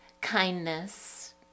kindness